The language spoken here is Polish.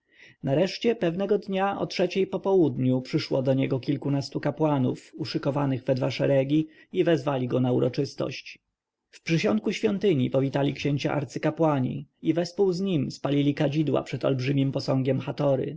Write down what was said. nareszcie pewnego dnia o trzeciej po południu przyszło po niego kilkunastu kapłanów uszykowanych we dwa szeregi i wezwali go na uroczystość w przysionku świątyni powitali księcia arcykapłani i wespół z nim spalili kadzidła przed olbrzymim posągiem hatory